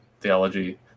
theology